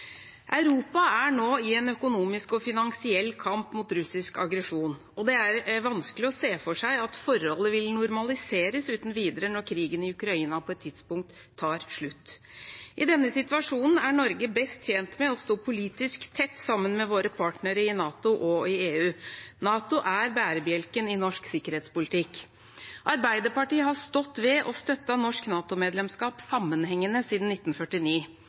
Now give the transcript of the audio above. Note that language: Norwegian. Europa er nå i en økonomisk og finansiell kamp mot russisk aggresjon, og det er vanskelig å se for seg at forholdet vil normaliseres uten videre når krigen i Ukraina på et tidspunkt tar slutt. I denne situasjonen er Norge best tjent med å stå politisk tett sammen med våre partnere i NATO og i EU. NATO er bærebjelken i norsk sikkerhetspolitikk. Arbeiderpartiet har stått ved og støttet norsk NATO-medlemskap sammenhengende siden 1949.